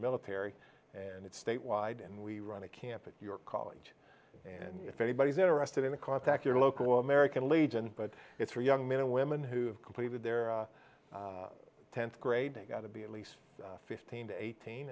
military and it's state wide and we run a camp at your college and if anybody's interested in a contact your local american legion but it's for young men and women who have completed their tenth grade and got to be at least fifteen to eighteen